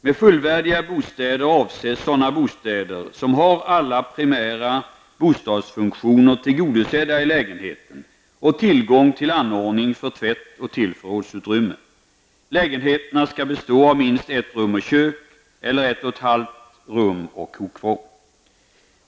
Med fullvärdiga bostäder avses sådana bostäder som har alla primära bostadsfunktioner tillgodosedda i lägenheten samt tillgång till anordning för tvätt och till förrådsutrymme. Lägenheterna skall bestå av minst ett rum och kök eller ett och ett halvt rum och kokvrå.